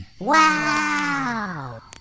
Wow